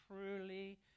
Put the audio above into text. truly